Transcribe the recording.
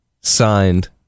signed